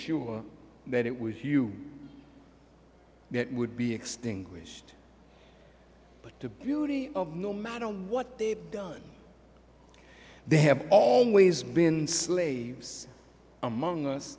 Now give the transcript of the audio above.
sure that it was you that would be extinguished but to beauty of no matter what they've done they have all ways been slaves among us